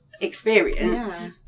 experience